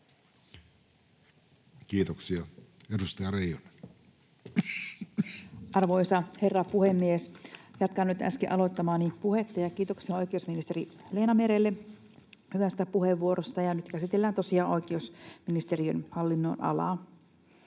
Time: 15:30 Content: Arvoisa herra puhemies! Jatkan nyt äsken aloittamaani puhetta, ja kiitoksia oikeusministeri Leena Merelle hyvästä puheenvuorosta. Nyt käsitellään tosiaan oikeusministeriön hallinnonalaa.